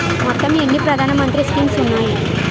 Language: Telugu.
మొత్తం ఎన్ని ప్రధాన మంత్రి స్కీమ్స్ ఉన్నాయి?